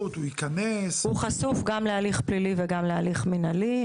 להיכנס- -- הוא חשוף גם להליך פלילי וגם להליך מנהלי.